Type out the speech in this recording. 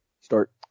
Start